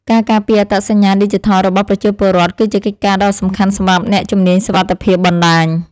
ការការពារអត្តសញ្ញាណឌីជីថលរបស់ប្រជាពលរដ្ឋ គឺជាកិច្ចការដ៏សំខាន់សម្រាប់អ្នកជំនាញសុវត្ថិភាពបណ្តាញ។